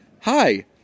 hi